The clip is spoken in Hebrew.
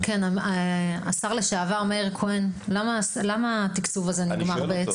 השר לשעבר מאיר כהן, למה התקצוב הזה נגמר?